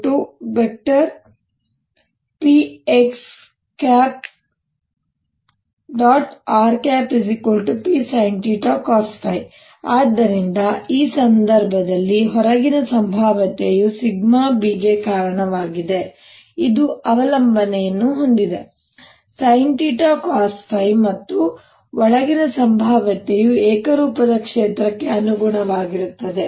rPsinθcosϕ ಆದ್ದರಿಂದ ಈ ಸಂದರ್ಭದಲ್ಲಿ ಹೊರಗಿನ ಸಂಭಾವ್ಯತೆಯು b ಗೆ ಕಾರಣವಾಗಿದೆ ಇದು ಅವಲಂಬನೆಯನ್ನು ಹೊಂದಿದೆ sinθcosϕ ಮತ್ತು ಒಳಗಿನ ಸಂಭಾವ್ಯತೆಯು ಏಕರೂಪದ ಕ್ಷೇತ್ರಕ್ಕೆ ಅನುಗುಣವಾಗಿರುತ್ತದೆ